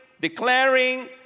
declaring